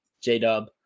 j-dub